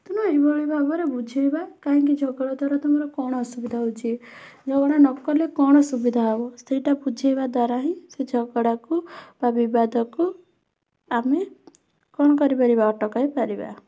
ତେଣୁ ଏହିଭଳି ଭାବରେ ବୁଝେଇବା କାହିଁକି ଝଗଡ଼ା ଦ୍ୱାରା ତୁମର କ'ଣ ଅସୁବିଧା ହେଉଛି ଝଗଡ଼ା ନ କଲେ କ'ଣ ସୁବିଧା ହେବ ସେଇଟା ବୁଝେଇବା ଦ୍ୱାରା ହିଁ ସେ ଝଗଡ଼ାକୁ ବା ବିବାଦକୁ ଆମେ କ'ଣ କରିପାରିବା ଅଟକାଇ ପାରିବା